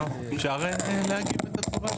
אפשר להגיב?